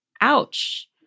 Ouch